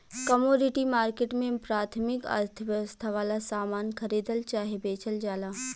commodity market में प्राथमिक अर्थव्यवस्था वाला सामान खरीदल चाहे बेचल जाला